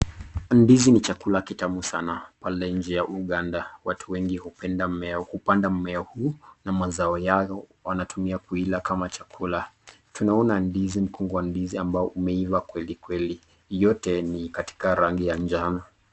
Ndizi ni chakula kitamu sana .Pale nchi ya Uganda watu wengi hupanda mmea huu na mazao yao wanatumia kuila kama chakula. Tunaona ndizi, mkungu wa ndizi ambao umeiva kweli kweli yote ni katika rangi ya njano.